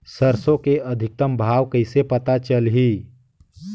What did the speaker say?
सरसो के अधिकतम भाव कइसे पता चलही?